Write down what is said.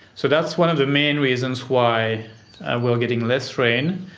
so that's one of the main reasons why we're getting less rain.